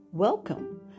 Welcome